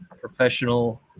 Professional